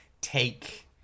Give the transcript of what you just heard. take